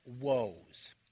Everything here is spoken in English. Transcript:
woes